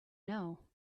know